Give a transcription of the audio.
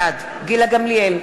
בעד גילה גמליאל,